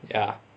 ya